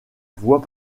voix